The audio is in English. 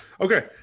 Okay